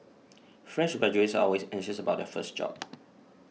fresh graduates are always anxious about their first job